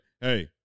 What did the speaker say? hey